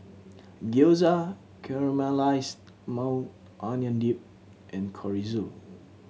Gyoza Caramelized Onion Dip and Chorizo